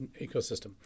ecosystem